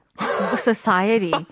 society